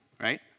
Right